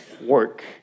work